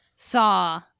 Saw